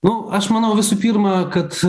nu aš manau visų pirma kad